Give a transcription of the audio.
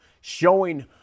showing